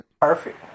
Perfect